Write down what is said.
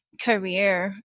career